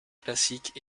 classiques